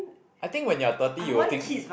I think when you're thirty you will think